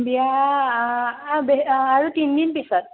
বিয়া আৰু তিনিদিন পিছত